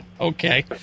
Okay